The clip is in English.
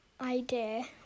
idea